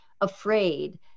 afraid